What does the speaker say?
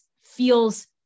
feels